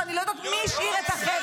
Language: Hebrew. שאני לא יודעת מי השאיר את החבל.